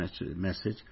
message